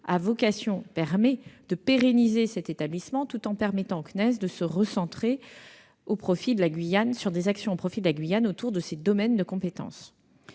a vocation à pérenniser cet établissement tout en permettant au CNES de recentrer ses actions au profit de la Guyane autour de ses domaines de compétences.